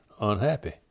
unhappy